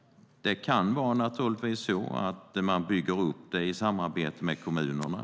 Man kan bygga upp det i samarbete med kommunerna.